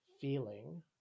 feeling